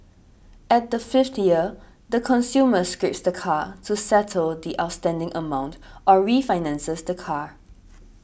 at the fifth year the consumer scraps the car to settle the outstanding amount or refinances the car